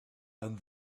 and